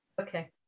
Okay